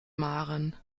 maren